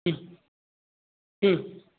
हं हं